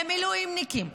למילואימניקים,